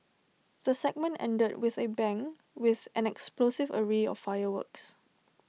the segment ended with A bang with an explosive array of fireworks